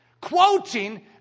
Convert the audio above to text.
quoting